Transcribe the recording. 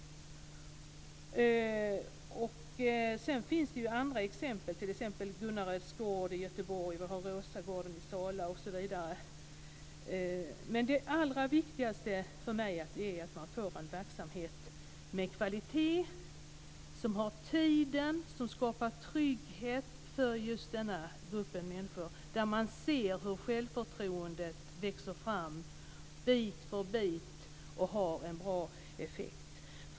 Sedan finns det andra exempel som Gunnareds gård i Göteborg och Rosagården i Sala. Men det allra viktigaste för mig är att man får en verksamhet med kvalitet, som har tiden och som skapar trygghet för just denna grupp människor och där man ser hur självförtroendet växer fram bit för bit och har en bra effekt.